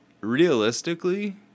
realistically